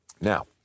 Now